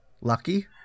lucky